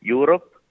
Europe